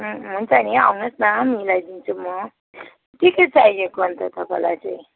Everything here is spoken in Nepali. हुन्छ नि आउनुहोस् न मिलाइ दिन्छु म के के चाहिएको अनि त तपाईँलाई चाहिँ